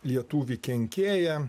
lietuvį kenkėją